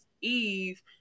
Eve